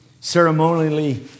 ceremonially